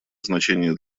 значение